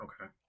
okay